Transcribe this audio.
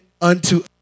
unto